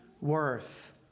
worth